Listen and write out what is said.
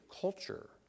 culture